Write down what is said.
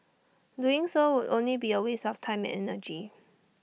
doing so would only be A waste of time and energy